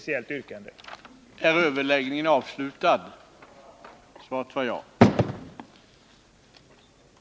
Om minst hälften av de röstande röstar nej har kammaren beslutat att ärendet i dess helhet skall återförvisas till utskottet.